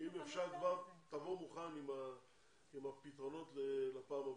אפשר כבר תבוא מוכן עם הפתרונות לפעם הבאה.